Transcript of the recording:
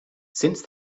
since